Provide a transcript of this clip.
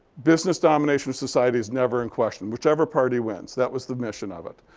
business domination of society is never in question whichever party wins. that was the mission of it.